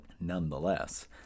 nonetheless